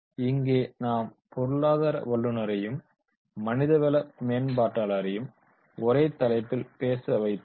இங்கே நாம் பொருளாதார வல்லுநரையும் மனிதவள மேம்பாட்டாளரையும் ஒரே தலைப்பில் பேச வைத்தால்